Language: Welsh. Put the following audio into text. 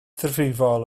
ddifrifol